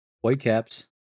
Whitecaps